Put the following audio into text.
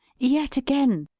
yet again,